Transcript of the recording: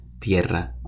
Tierra